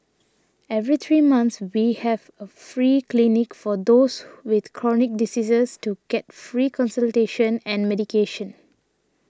every three months we have a free clinic for those with chronic diseases to get free consultation and medication